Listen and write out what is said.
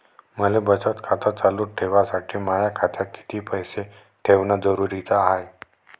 मले बचत खातं चालू ठेवासाठी माया खात्यात कितीक पैसे ठेवण जरुरीच हाय?